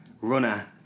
runner